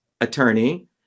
attorney